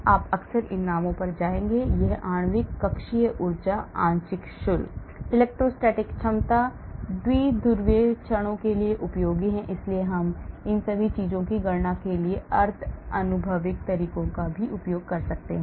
आप अक्सर इन नामों पर आएंगे यह आणविक कक्षीय ऊर्जा आंशिक शुल्क इलेक्ट्रोस्टैटिक क्षमता द्विध्रुवीय क्षणों के लिए उपयोगी है इसलिए हम इन सभी चीजों की गणना के लिए अर्ध आनुभविक तरीकों का भी उपयोग कर सकते हैं